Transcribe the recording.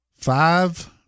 five